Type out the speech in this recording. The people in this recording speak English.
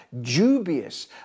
dubious